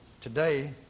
Today